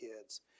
kids